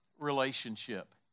relationship